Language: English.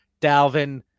Dalvin